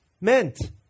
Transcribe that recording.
meant